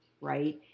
right